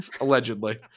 Allegedly